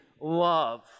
love